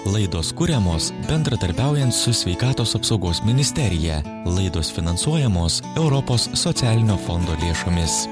laidos kuriamos bendradarbiaujant su sveikatos apsaugos ministerija laidos finansuojamos europos socialinio fondo lėšomis